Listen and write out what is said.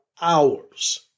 hours